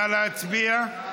נא להצביע.